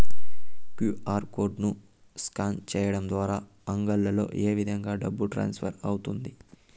QR code ను scan సేయడం ద్వారా అంగడ్లలో ఏ విధంగా డబ్బు ట్రాన్స్ఫర్ అవుతుంది